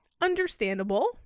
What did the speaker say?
Understandable